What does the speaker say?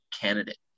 candidate